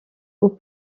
aux